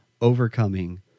overcoming